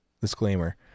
disclaimer